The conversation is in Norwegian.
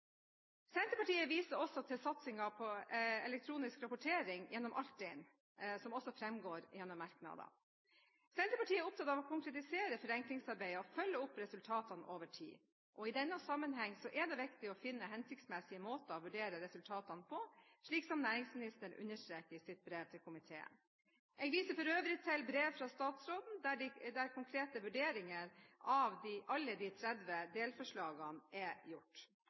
Senterpartiet viser også til satsingen på elektronisk rapportering gjennom Altinn, som framgår i en av merknadene. Senterpartiet er opptatt av å konkretisere forenklingsarbeidet og følge opp resultatene over tid. I denne sammenheng er det viktig å finne hensiktsmessige måter å vurdere resultatene på, slik næringsministeren understreker i sitt brev til komiteen. Jeg viser for øvrig til brev fra statsråden der konkrete vurderinger av alle de 30 delforslagene er gjort.